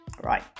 right